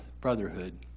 brotherhood